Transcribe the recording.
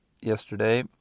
yesterday